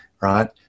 right